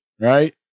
right